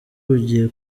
bugiye